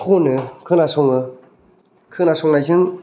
खनो खोनासङो खोनासंनायजों